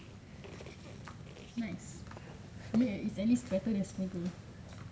nice I mean at least better than Smiggle